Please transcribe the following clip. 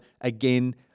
again